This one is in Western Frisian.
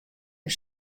hja